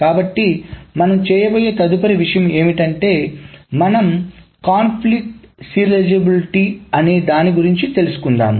కాబట్టి మనం చేయబోయే తదుపరి విషయం ఏమిటంటే మనం సంఘర్షణ సీరియలైజేబిలిటీ అనేదాని గురించి తెలుసుకుందాం